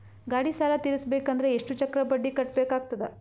ಗಾಡಿ ಸಾಲ ತಿರಸಬೇಕಂದರ ಎಷ್ಟ ಚಕ್ರ ಬಡ್ಡಿ ಕಟ್ಟಬೇಕಾಗತದ?